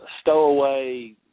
stowaway